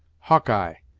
hawkeye!